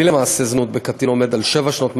למעשה זנות בקטין עומד על שבע שנות מאסר,